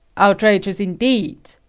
outrageous indeed!